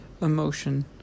emotion